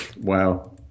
Wow